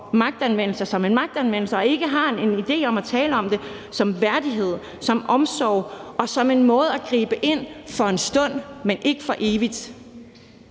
magtanvendelse som en magtanvendelse og ikke har en idé om at tale om det som værdighed, som omsorg og som en måde at gribe ind for en stund, men ikke for evigt,